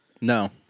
No